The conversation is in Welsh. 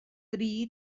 dri